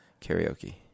karaoke